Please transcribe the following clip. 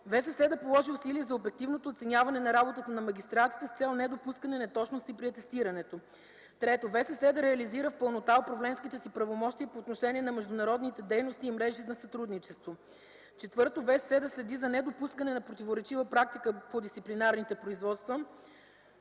съвет да положи усилия за обективното оценяване на работата на магистратите с цел недопускане неточности при атестирането. 3. Висшият съдебен съвет да реализира в пълнота управленските си правомощия по отношение на международните дейности и мрежи на сътрудничество. 4. Висшият съдебен съвет да следи за недопускане на противоречивата практика по дисциплинарните производства.